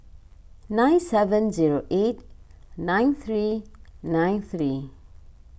nine seven zero eight nine three nine three